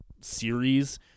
series